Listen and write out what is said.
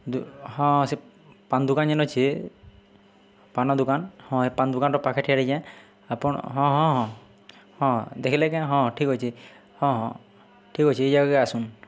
ହଁ ସେ ପାନ୍ ଦୁକାନ୍ ଯେନ୍ ଅଛେ ପାନ୍ ଦୁକାନ୍ ହଁ ଏଇ ପାନ୍ ଦୁକାନ୍ର ପାଖେ ଠିଆହେଇଚେଁ ଆପଣ୍ ହଁ ହଁ ହଁ ହଁ ଦେଖ୍ଲେ କେଁ ହଁ ଠିକ୍ ଅଛେ ହଁ ହଁ ଠିକ୍ ଅଛେ ଇ ଜାଗାକେ ଆସୁନ୍